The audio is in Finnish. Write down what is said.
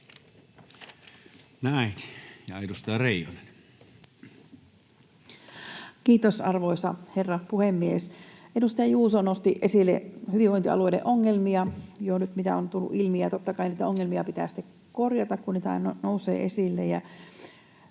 Näin. — Ja edustaja Reijonen. Kiitos, arvoisa herra puhemies! Edustaja Juuso nosti esille hyvinvointialueiden ongelmia, mitä jo nyt on tullut ilmi. Totta kai niitä ongelmia pitää korjata aina, kun niitä nousee esille.